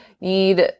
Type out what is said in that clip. need